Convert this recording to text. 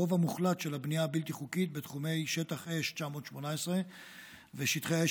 הרוב המוחלט של הבנייה הבלתי-חוקית בתחומי שטח אש 918 ושטחי האש